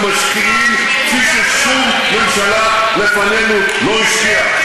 אנחנו משקיעים כפי ששום ממשלה לפנינו לא השקיעה.